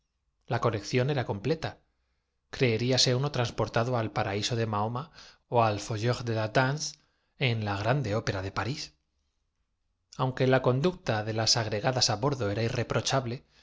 la colección era completa creeríase uno transportado al paraíso de mahoma ó al joyer de la danse en la grande ópera de parís aunque la conducta de las agregadas á bordo era irreprochable